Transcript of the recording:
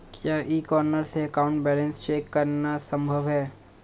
क्या e corner से account balance check करना संभव है?